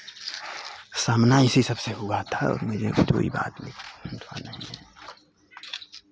सामना इसी सबसे हुआ था और मेरी ये कोई बात नहीं